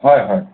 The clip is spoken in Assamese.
হয় হয়